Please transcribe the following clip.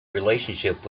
relationship